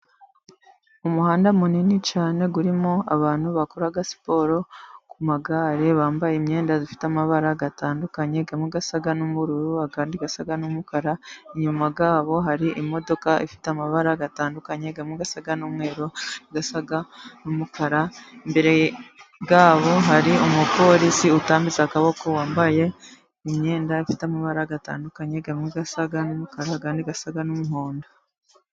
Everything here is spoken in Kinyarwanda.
Umuhanda munini cyane urimo abantu bakora siporo ku magare, bambaye imyenda ifite amabara atandukanye, amwe asa n'ubururu, andi asa n'umukara. Inyuma yabo hari imodoka ifite amabara atandukanye, amwe asa n'umweru, andi asa n'umukara. Imbere yabo hari umupolisi utambitse akaboko, wambaye imyenda ifite amabara atandukanye, amwe asa n'umukara, andi asa n'umuhondo.